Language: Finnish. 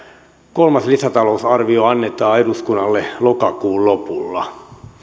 kolmas lisätalousarvio annetaan eduskunnalle lokakuun lopulla